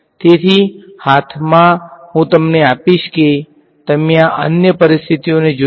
તેથી હાથમાં હું તમને આપીશ કે તમે આ અન્ય પરિસ્થિતિઓને જોઈ શકો